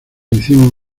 hicimos